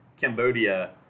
Cambodia